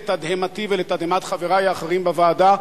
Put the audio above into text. לתדהמתי ולתדהמת חברי האחרים בוועדה,